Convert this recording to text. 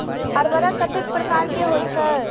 उर्वरक कतेक प्रकार के होई छै?